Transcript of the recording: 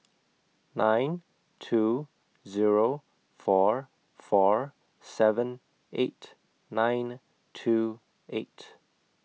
nine two Zero four four seven eight nine two eight